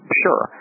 sure